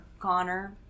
Connor